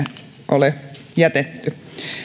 ole jätetty